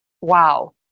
Wow